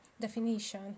definition